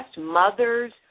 Mothers